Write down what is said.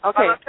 Okay